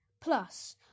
Plus